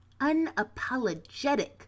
unapologetic